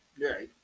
Right